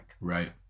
Right